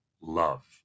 love